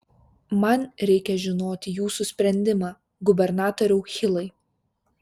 man reikia žinoti jūsų sprendimą gubernatoriau hilai